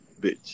bitch